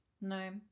No